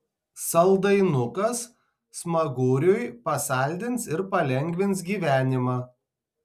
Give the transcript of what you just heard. saldainukas smaguriui pasaldins ir palengvins gyvenimą